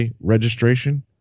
registration